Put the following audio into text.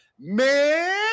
man